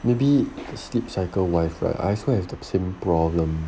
maybe the sleep cycle wise right I also have the same problem